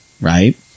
right